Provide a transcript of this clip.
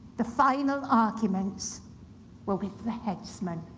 the final arguments were with the the headsman.